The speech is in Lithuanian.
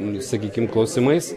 nei sakykime klausimais